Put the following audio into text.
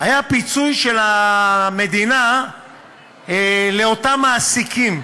היה פיצוי של המדינה לאותם מעסיקים,